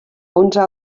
onze